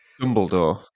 Dumbledore